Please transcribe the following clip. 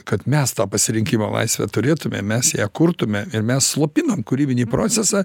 kad mes tą pasirinkimo laisvę turėtumėm mes ją kurtume ir mes slopinam kūrybinį procesą